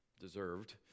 deserved